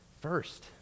first